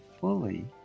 fully